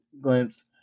glimpse